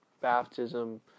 baptism